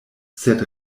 sed